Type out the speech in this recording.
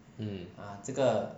mm